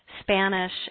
Spanish